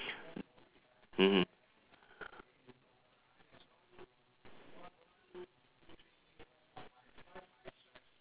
mmhmm